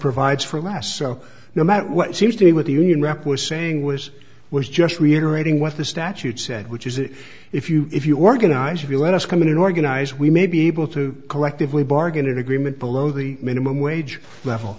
provides for last so no matter what seems to me what the union rep was saying was was just reiterating what the statute said which is that if you if you organize if you let us come in and organize we may be able to collectively bargain in agreement below the minimum wage level